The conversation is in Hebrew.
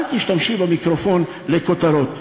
אל תשתמשי במיקרופון לכותרות.